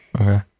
Okay